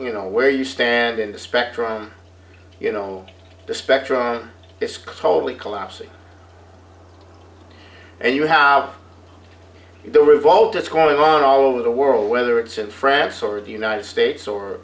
you know where you stand in the spectrum you know the spectrum this coldly collapsing and you have the revolt it's going oh no the world whether it's in france or the united states or